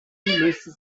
lösten